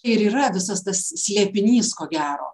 ir yra visas tas slėpinys ko gero